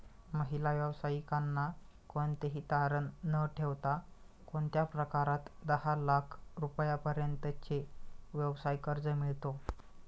महिला व्यावसायिकांना कोणतेही तारण न ठेवता कोणत्या प्रकारात दहा लाख रुपयांपर्यंतचे व्यवसाय कर्ज मिळतो?